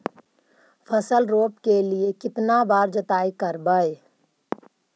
फसल रोप के लिय कितना बार जोतई करबय?